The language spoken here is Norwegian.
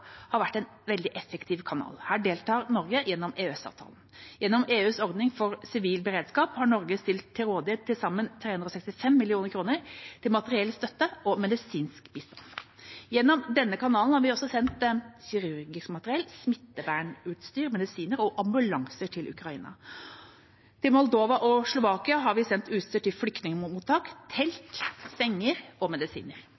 har vært en veldig effektiv kanal. Her deltar Norge gjennom EØS-avtalen. Gjennom EUs ordning for sivil beredskap har Norge stilt til rådighet til sammen 365 mill. kr til materiell støtte og medisinsk bistand. Gjennom denne kanalen har vi sendt kirurgisk materiell, smittevernutstyr, medisiner og ambulanser til Ukraina. Til Moldova og Slovakia har vi sendt utstyr til flyktningmottak: